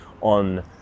on